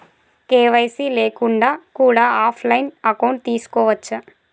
KYC లేకుండా కూడా offline account తీసుకోవచ్చా?